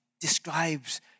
describes